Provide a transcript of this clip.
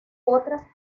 otras